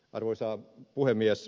arvoisa puhemies